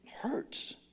hurts